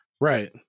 Right